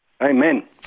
Amen